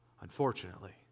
unfortunately